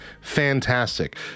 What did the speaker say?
fantastic